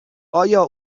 آیا